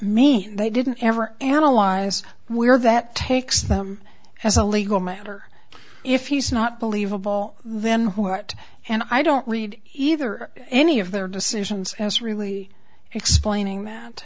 mean they didn't ever analyze where that takes them as a legal matter if he's not believable then what and i don't read either any of their decisions as really explaining that